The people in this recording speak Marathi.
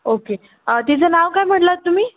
ओके तिचं नाव काय म्हणालात तुम्ही